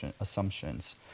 assumptions